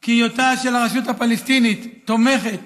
כי היותה של הרשות הפלסטינית תומכת